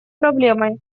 проблемой